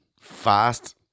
fast